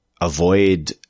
avoid